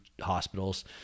hospitals